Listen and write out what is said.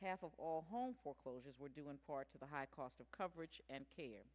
half of all home foreclosures were due in part to the high cost of coverage